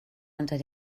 unter